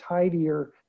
tidier